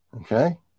Okay